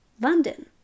London